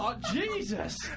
Jesus